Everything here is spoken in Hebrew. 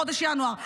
בחודש ינואר.